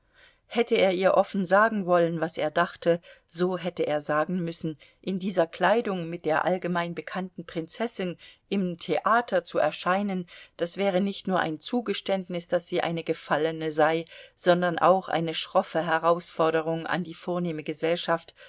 hätte er ihr offen sagen wollen was er dachte so hätte er sagen müssen in dieser kleidung mit der allgemein bekannten prinzessin im theater zu erscheinen das wäre nicht nur ein zugeständnis daß sie eine gefallene sei sondern auch eine schroffe herausforderung an die vornehme gesellschaft